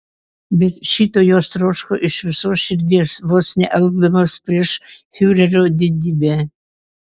bet šito jos troško iš visos širdies vos nealpdamos prieš fiurerio didybę